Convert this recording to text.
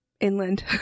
Inland